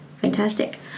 Fantastic